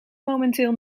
momenteel